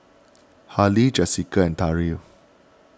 Halie Jesica and Tariq